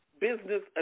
business